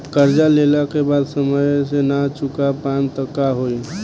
कर्जा लेला के बाद समय से ना चुका पाएम त का होई?